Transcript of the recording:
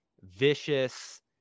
vicious